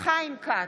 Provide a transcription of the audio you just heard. חיים כץ,